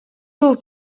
был